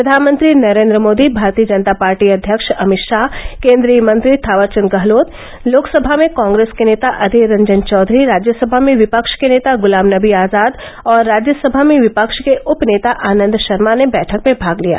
प्रधानमंत्री नरेन्द्र मोदी भारतीय जनता पार्टी अध्यक्ष अमित शाह केन्द्रीय मंत्री थावरचंद गहलोत लोकसभा मे कांग्रेस के नेता अधीर रंजन चौधरी राज्यसभा में विपक्ष के नेता गुलाम नबी आजाद और राज्यसभा में विपक्ष के उप नेता आनंद शर्मा ने बैठक में भाग लिया